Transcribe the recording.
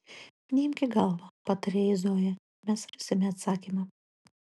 neimk į galvą patarė jai zoja mes rasime atsakymą